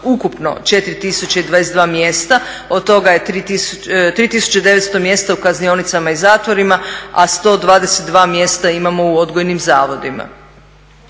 ukupno 4.022 mjesta, od toga je 3.900 mjesta u kaznionicama i zatvorima, a 122 mjesta imamo u odgojnim zavodima.